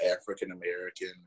African-American